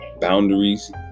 boundaries